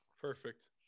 Perfect